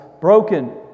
broken